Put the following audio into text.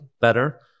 better